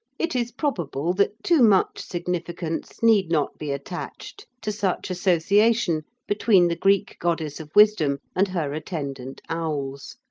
it is probable that too much significance need not be attached to such association between the greek goddess of wisdom and her attendant owls,